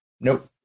nope